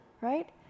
right